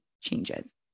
changes